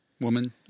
Woman